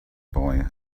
boy